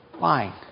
lying